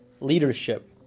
leadership